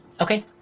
Okay